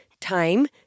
time